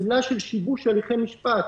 לעילה של שיבוש הליכי משפט,